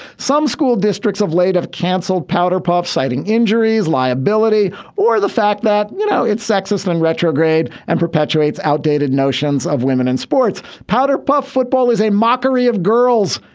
some school districts of late of canceled powder puff citing injuries liability or the fact that you know it's sexist and retrograde and perpetuates outdated notions of women in sports. powder puff football is a mockery of girls.